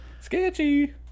sketchy